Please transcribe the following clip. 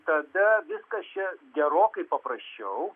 tada viskas čia gerokai paprasčiau